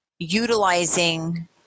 utilizing